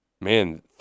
Man